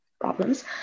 problems